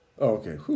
Okay